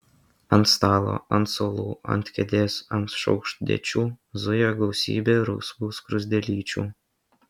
ant stalo ant suolų ant kėdės ant šaukštdėčių zuja gausybė rausvų skruzdėlyčių